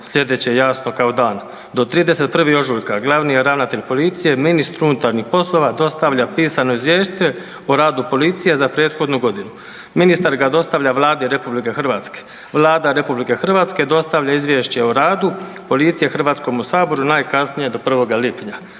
sljedeće jasno kao dan, do 31. ožujka glavni ravnatelj policije ministru unutarnjih poslova dostavlja pisano Izvješće o radu policije za prethodnu godinu. Ministar ga dostavlja Vladi Republike Hrvatske. Vlada Republike Hrvatske dostavlja Izvješće o radu policije Hrvatskom saboru najkasnije do 1. lipnja